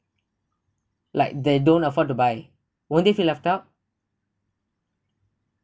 like they don't afford to buy won't they feel left out